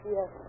Yes